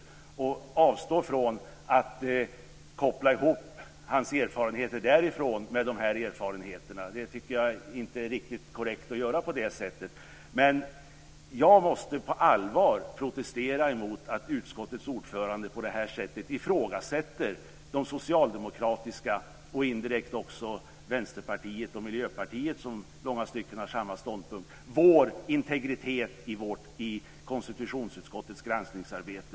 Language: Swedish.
Jag ska avstå från att koppla ihop hans erfarenheter därifrån med de här erfarenheterna. Jag tycker inte att det vore riktigt korrekt att göra så. Men jag måste på allvar protestera mot att utskottets ordförande på det här sättet ifrågasätter Socialdemokraternas, och indirekt också Vänsterpartiets och Miljöpartiets som i långa stycken har samma ståndpunkt, integritet i konstitutionsutskottets granskningsarbete.